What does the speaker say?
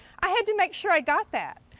i had to make sure i got that.